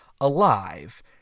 alive